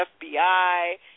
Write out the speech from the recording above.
FBI